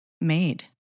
made